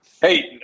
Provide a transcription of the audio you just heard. Hey